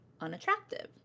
unattractive